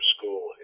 School